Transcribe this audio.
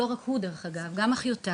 לא רק הוא דרך אגב, אלא גם אחיותיו